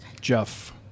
Jeff